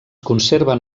conserven